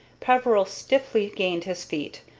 peveril stiffly gained his feet,